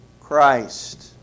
Christ